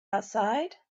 outside